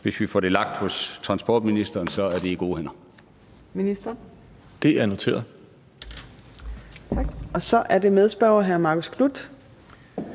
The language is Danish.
hvis vi får det lagt hos transportministeren, er det i gode hænder.